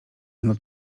ona